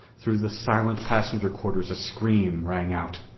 through the silent passenger quarters a scream rang out!